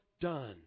done